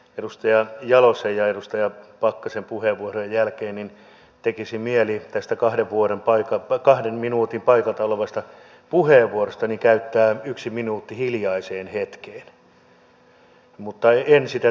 edustaja jalosen ja edustaja pakkasen puheenvuorojen jälkeen tekisi mieli tästä paikalta olevasta kahden minuutin puheenvuorostani käyttää yksi minuutti hiljaiseen hetkeen mutta en sitä tee kun haluan puhua